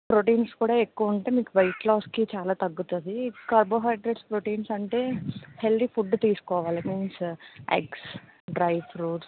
proteins కూడా ఎక్కువ ఉంటే మీకు వెయిట్ లాస్కి చాలా తగ్గుతుంది కార్బోహైడ్రేట్స్ ప్రోటీన్స్ అంటే హెల్దీ ఫుడ్ తీసుకోవాలి it means eggs dry fruits